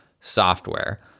software